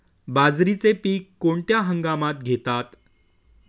बाजरीचे पीक कोणत्या हंगामात घेतात?